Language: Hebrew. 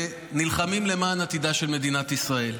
ונלחמים למען עתידה של מדינת ישראל.